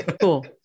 cool